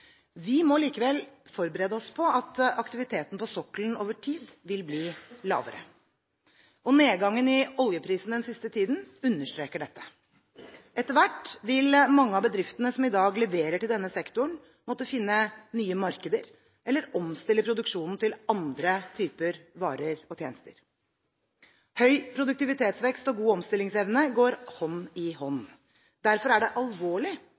Vi må likevel forberede oss på at aktiviteten på sokkelen over tid vil bli lavere. Nedgangen i oljeprisen den siste tiden understreker dette. Etter hvert vil mange av bedriftene som i dag leverer til denne sektoren, måtte finne nye markeder eller omstille produksjonen til andre typer varer og tjenester. Høy produktivitetsvekst og god omstillingsevne går hånd i hånd. Derfor er det alvorlig